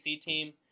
team